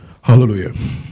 Hallelujah